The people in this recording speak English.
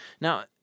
Now